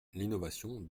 l’innovation